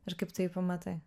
ir kaip tu jį pamatai